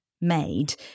made